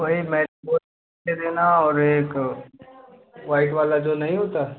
वही दे देना और एक व्हाइट वाला जो नहीं होता है